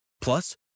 Plus